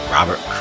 Robert